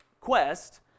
quest